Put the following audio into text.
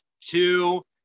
two